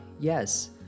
yes